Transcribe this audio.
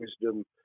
wisdom